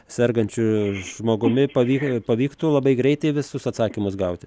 sergančiu žmogumi pavyk pavyktų labai greitai visus atsakymus gauti